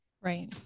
Right